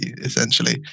essentially